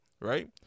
right